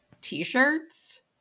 t-shirts